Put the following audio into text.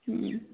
হুম